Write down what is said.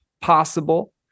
possible